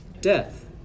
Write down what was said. Death